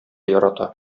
ярата